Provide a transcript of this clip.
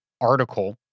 article